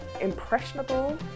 impressionable